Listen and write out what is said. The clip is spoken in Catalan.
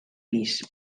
pis